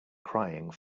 crying